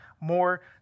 more